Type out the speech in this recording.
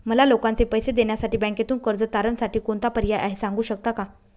मला लोकांचे पैसे देण्यासाठी बँकेतून कर्ज तारणसाठी कोणता पर्याय आहे? सांगू शकता का?